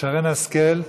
שרן השכל,